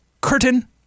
curtain